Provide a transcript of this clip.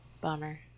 Bummer